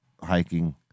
hiking